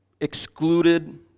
excluded